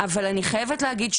אבל אני חייבת להגיד,